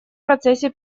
процессе